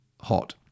hot